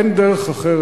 אין דרך אחרת,